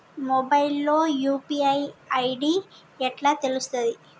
Mobile లో UPI ID ఎట్లా తెలుస్తది?